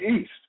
East